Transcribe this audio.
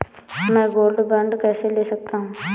मैं gold bond कैसे ले सकता हूँ?